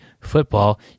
football